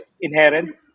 inherent